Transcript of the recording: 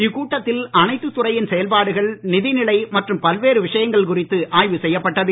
இக்கூட்டத்தில் அனைத்துத் துறையின் செயல்பாடுகள் நிதிநிலை மற்றும் பல்வேறு விஷயங்கள் குறித்து ஆய்வு செய்யப்பட்டது